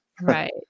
Right